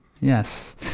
yes